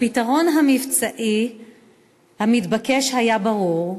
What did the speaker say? הפתרון המבצעי המתבקש היה ברור: